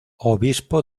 obispo